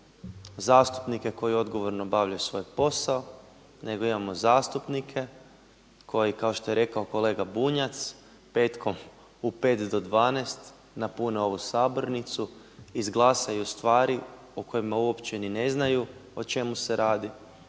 zastupnike koji odgovorno obavljaju svoj posao, nego imamo zastupnike koji kao što je rekao kolega Bunjac petkom u 5 do 12 napune ovu sabornicu, izglasaju stvari o kojima uopće ni ne znaju o čemu se radi.